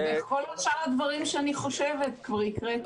וכל שאר הדברים שאני חושבת כבר הקראת.